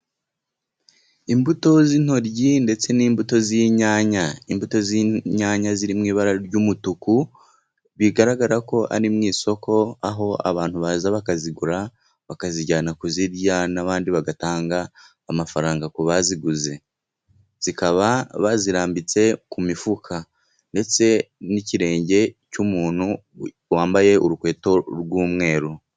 Imbuto z'intoryi ndetse n'imbuto z'inyanya, imbuto z'inyanya ziri mw'ibara ry'umutuku, bigaragara ko ari mu isoko aho abantu baza bakazigura, bakazijyana kuzirya n'abandi bagatanga amafaranga ku baziguze, zikaba bazirambitse ku mifuka ndetse n'ikirenge cy'umuntu, wambaye urukweto rw'umweru.